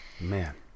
man